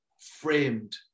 framed